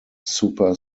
super